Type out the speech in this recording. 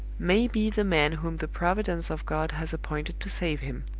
may be the man whom the providence of god has appointed to save him.